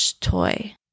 toy